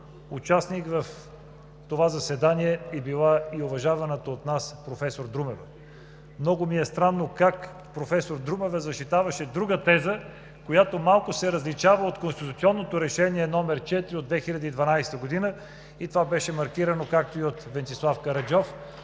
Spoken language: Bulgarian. участник в заседанието е била и уважаваната от нас професор Друмева. Много ми е странно как професор Друмева защитаваше друга теза, която малко се различава от Конституционното решение № 4 от 2012 г., и това беше маркирано, както и от Венцислав Караджов